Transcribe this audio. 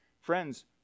friends